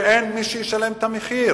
ואין מי שישלם את המחיר.